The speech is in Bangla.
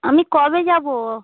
আমি কবে যাবো